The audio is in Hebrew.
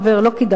לא כדאי לך,